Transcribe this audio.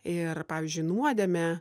ir pavyzdžiui nuodėmė